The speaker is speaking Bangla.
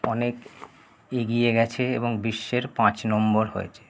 অনেক এগিয়ে গেছে এবং বিশ্বের পাঁচ নম্বর হয়েছে